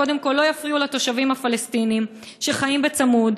קודם כול לא יפריעו לתושבים הפלסטינים שחיים בצמוד: